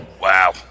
wow